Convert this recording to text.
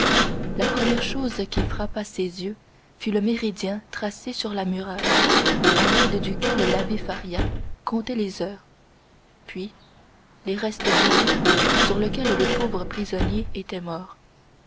la première chose qui frappa ses yeux fut le méridien tracé sur la muraille à l'aide duquel l'abbé faria comptait les heures puis les restes du lit sur lequel le pauvre prisonnier était mort